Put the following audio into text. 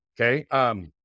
Okay